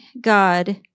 God